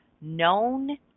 known